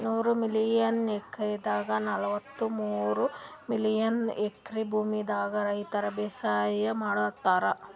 ನೂರ್ million ಎಕ್ರೆದಾಗ್ ನಲ್ವತ್ತಮೂರ್ million acre ಭೂಮಿದಾಗ್ ರೈತರ್ ಬೇಸಾಯ್ ಮಾಡ್ಲತಾರ್